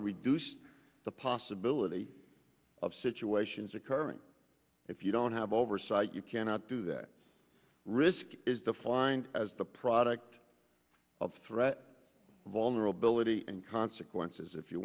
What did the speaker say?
to reduce the possibility of situations occurring if you don't have oversight you cannot do that risk is defined as the product of threat vulnerability and consequences if you